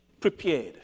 prepared